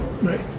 right